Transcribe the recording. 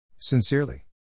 Sincerely